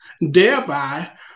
thereby